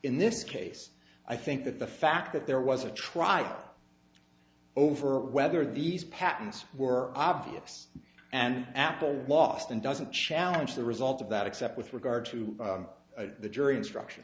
in this case i think that the fact that there was a trial over whether these patents were obvious and apple lost and doesn't challenge the result of that except with regard to the jury instruction